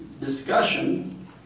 discussion